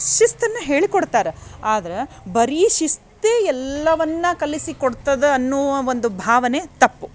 ಶಿಸ್ತನ್ನು ಹೇಳಿಕೊಡ್ತಾರ ಆದ್ರೆ ಬರೀ ಶಿಸ್ತೇ ಎಲ್ಲವನ್ನೂ ಕಲಿಸಿಕೊಡ್ತದೆ ಅನ್ನುವ ಒಂದು ಭಾವನೆ ತಪ್ಪು